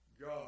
God